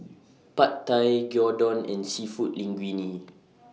Pad Thai Gyudon and Seafood Linguine